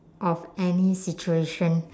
of any situation